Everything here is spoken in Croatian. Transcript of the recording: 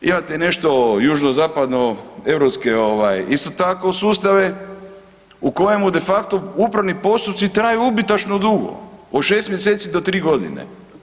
Imate i nešto južnozapadno europske isto tako sustave u kojemu de facto upravni postupci traju ubitačno dugo od šest mjeseci do tri godine.